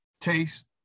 taste